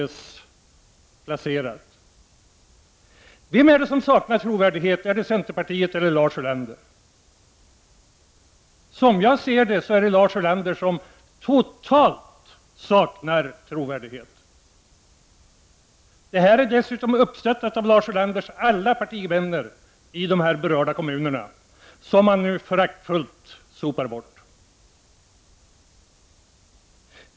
Vem är det som saknar trovärdighet? Är det centerpartiet eller Lars Ulander? Som jag ser det, är det Lars Ulander som totalt saknar trovärdighet. Utredningens förslag på dessa punkter är dessutom uppskattat av Lars Ulanders alla partivänner i de berörda kommunerna, som han nu föraktfullt sopar bort.